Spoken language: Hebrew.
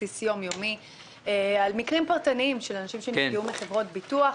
בסיס יום-יומי על מקרים פרטניים של אנשים שנפגעו מחברות ביטוח,